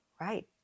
right